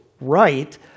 right